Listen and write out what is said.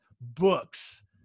books